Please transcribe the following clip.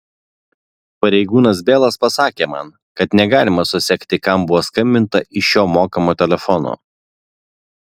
pareigūnas belas pasakė man kad negalima susekti kam buvo skambinta iš šio mokamo telefono